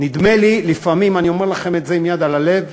נדמה לי לפעמים, אני אומר לכם את זה עם יד על הלב,